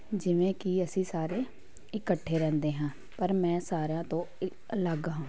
ਜਿਵੇਂ ਕਿ ਅਸੀਂ ਸਾਰੇ ਇਕੱਠੇ ਰਹਿੰਦੇ ਹਾਂ ਪਰ ਮੈਂ ਸਾਰਿਆਂ ਤੋਂ ਅ ਅਲੱਗ ਹਾਂ